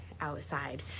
outside